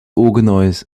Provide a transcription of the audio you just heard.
organize